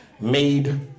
made